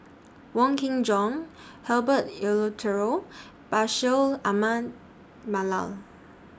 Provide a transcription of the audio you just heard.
Wong Kin Jong Herbert Eleuterio Bashir Ahmad Mallal